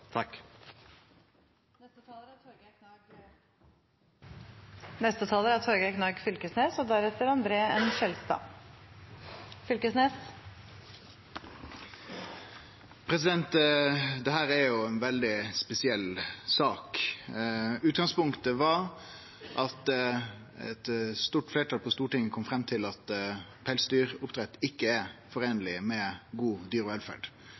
er ei veldig spesiell sak. Utgangspunktet var at eit stort fleirtal på Stortinget kom fram til at pelsdyroppdrett ikkje er i samsvar med god dyrevelferd.